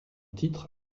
titre